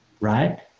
Right